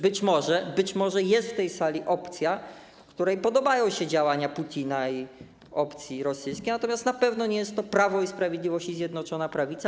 Być może jest w tej sali opcja, której podobają się działania Putina i opcja rosyjska, natomiast na pewno nie jest to Prawo i Sprawiedliwość i Zjednoczona Prawica.